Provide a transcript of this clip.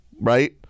Right